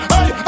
Hey